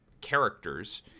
characters